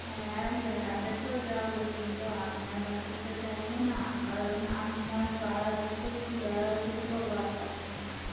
হ্যাঁ বেড়াতে তো যাবো কিন্তু আপনার বাসে তো যাবো না কারণ আপনার বাস খুব বেয়ারা উল্টো পাল্টা চালান